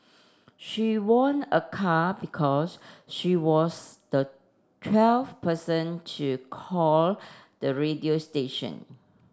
she won a car because she was the twelfth person to call the radio station